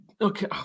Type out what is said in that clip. okay